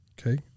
Okay